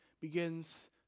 begins